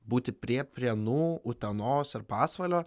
būti prie prienų utenos ir pasvalio